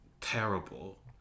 terrible